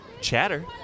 chatter